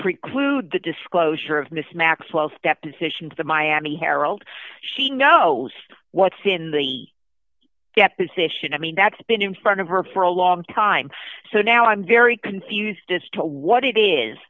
preclude the disclosure of miss maxwells deposition to the miami herald she knows what's in the deposition i mean that's been in front of her for a long time so now i'm very confused as to what it is